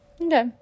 Okay